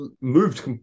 moved